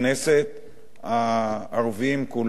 הערבים כולם,